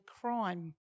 crime